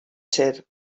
ser